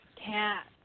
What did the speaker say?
cat